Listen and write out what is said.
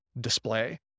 display